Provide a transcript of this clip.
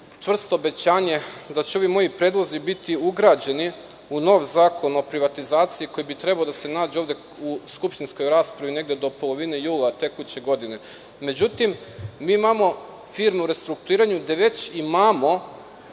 čvrsto obećanje da će ovi moji predlozi biti ugrađeni u nov zakon o privatizaciji koji bi trebao da se nađe ovde u skupštinskoj raspravi negde do polovine jula tekuće godine. Međutim, mi imamo firme u restrukturiranju gde već imamo